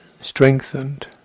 strengthened